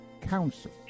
Council